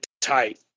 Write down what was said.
tight